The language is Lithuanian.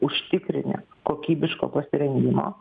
užtikrinę kokybiško pasirengimo